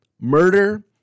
murder